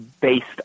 based